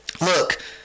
Look